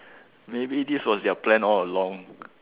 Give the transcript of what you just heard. maybe this was their plan all along